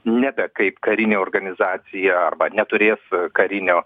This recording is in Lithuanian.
nebe kaip karinė organizacija arba neturės karinio